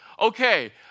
Okay